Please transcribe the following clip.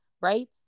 right